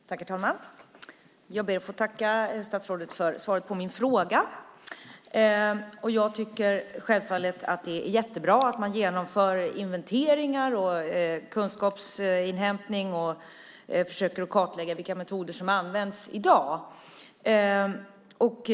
Herr talman! Jag ber att få tacka statsrådet för svaret på min fråga. Jag tycker självfallet att det är jättebra att man genomför inventeringar och kunskapsinhämtning och försöker kartlägga vilka metoder som används i dag.